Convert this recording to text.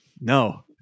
no